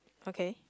okay